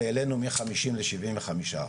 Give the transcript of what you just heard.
והעלינו מחמישים לשבעים וחמישה אחוז.